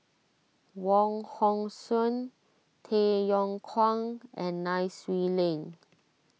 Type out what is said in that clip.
Wong Hong Suen Tay Yong Kwang and Nai Swee Leng